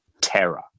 terror